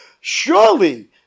Surely